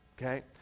okay